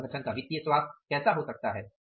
उस संगठन का वित्तीय स्वास्थ्य कैसा हो सकता है